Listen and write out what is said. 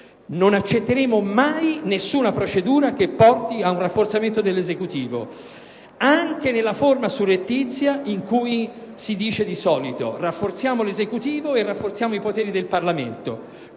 non accetteremo mai alcuna procedura che porti ad un rafforzamento dell'Esecutivo, neppure in quella forma surrettizia per cui si dice, di solito: rafforziamo l'Esecutivo e rafforziamo i poteri del Parlamento.